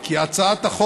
כי הצעת החוק